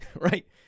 right